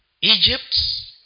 Egypt